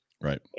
right